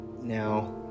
Now